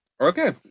Okay